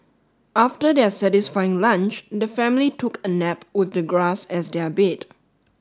after their satisfying lunch the family took a nap with the grass as their bed